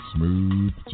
Smooth